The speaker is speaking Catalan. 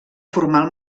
formal